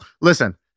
Listen